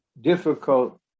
difficult